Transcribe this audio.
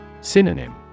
Synonym